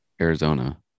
Arizona